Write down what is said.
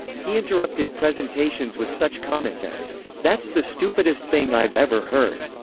he interrupted presentations with such comments as that's the stupidest thing i've ever heard!